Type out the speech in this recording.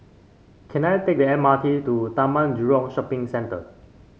can I take the M R T to Taman Jurong Shopping Centre